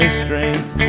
strength